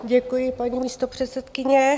Děkuji, paní místopředsedkyně.